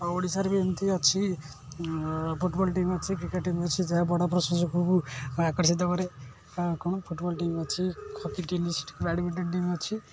ଆଉ ଓଡ଼ିଶାରେ ବି ଏମତି ଅଛି ଫୁଟବଲ୍ ଟିମ୍ ଅଛି କ୍ରିକେଟ୍ ଟିମ୍ ଅଛି ଯାହା ବଡ଼ ପ୍ରଶଂସକଙ୍କୁ ଆକର୍ଷିତ କରେ ଆ କ'ଣ ଫୁଟବଲ୍ ଟିମ୍ ଅଛି ହକି ଟିମ୍ ଅଛି ବ୍ୟାଡ଼ମିଣ୍ଟନ୍ ଟିମ୍ ଅଛି